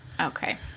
Okay